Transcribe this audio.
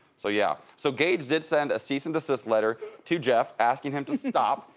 so yeah. so gage did send a cease and desist letter to jeff asking him to stop.